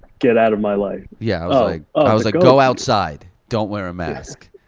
get out of my life. yeah ah like i was like, go outside, don't wear a mask.